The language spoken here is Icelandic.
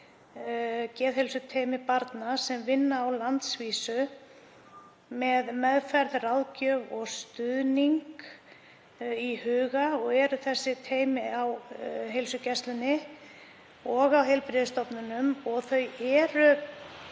geðheilsuteymi barna sem vinna á landsvísu með meðferð, ráðgjöf og stuðning í huga. Eru þessi teymi á heilsugæslunni og á heilbrigðisstofnunum og flokkuð